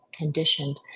conditioned